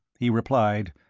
he replied,